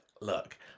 look